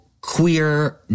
queer